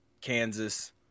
Kansas-